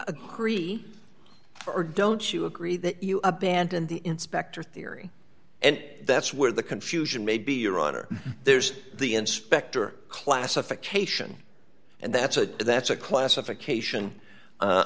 agree or don't you agree that you abandon the inspector theory and that's where the confusion may be your honor there's the inspector classification and that's a that's a classification